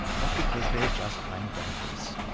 but because they're just plain dangerous.